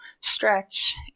stretch